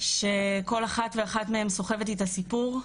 שכל אחת ואחת מהן סוחבת אתה סיפור.